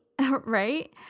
right